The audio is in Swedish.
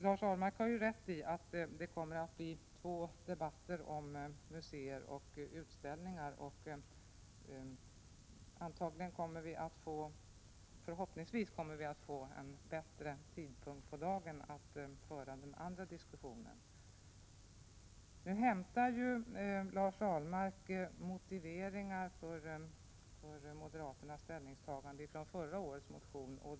Lars Ahlmark har rätt i att det kommer att bli två debatter om museer och utställningar. Förhoppningsvis kommer vi att få en bättre tidpunkt på dagen för att föra den andra diskussionen. Lars Ahlmark hämtade motivering för moderaternas ställningstagande från förra årets motion.